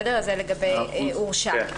זה לגבי הורשע.